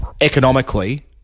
economically